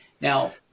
Now